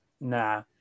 nah